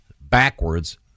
backwards